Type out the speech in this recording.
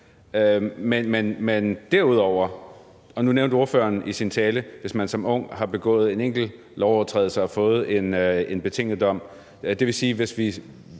dispensation, og nu nævnte ordføreren i sin tale, hvis man som ung har begået en enkelt lovovertrædelse og fået en betinget dom. Hvis vi